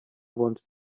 wanted